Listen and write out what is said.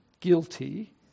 guilty